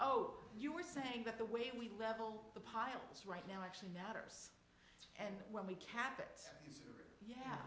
oh you were saying that the way we level the piles right actually matters and when we kept it yeah